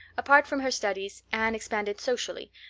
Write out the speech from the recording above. apart from her studies anne expanded socially,